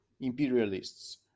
imperialists